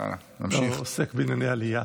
או עוסק בענייני עלייה.